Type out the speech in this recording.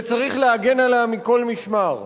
וצריך להגן עליה מכל משמר.